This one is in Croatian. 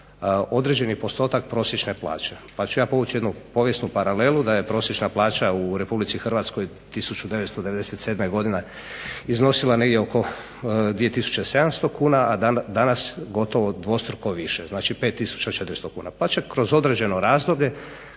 određeni postotak prosječne plaće. Pa ću ja povući jednu povijesnu paralelu da je prosječna plaća u RH 1997. Godine iznosila negdje oko 2 tisuće 700 kuna, a danas gotovo dvostruko više, znači 5 tisuća 400 kuna. Pa će kroz određeno razdoblje